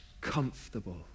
comfortable